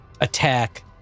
attack